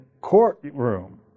courtroom